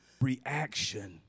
reaction